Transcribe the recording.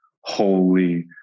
holy